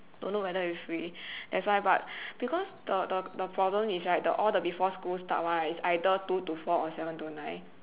don't know whether if free that's why but because the the the problem is right all the before school start [one] right is either two to four or seven to nine